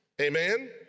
Amen